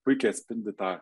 puikiai atspindi tą